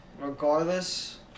Regardless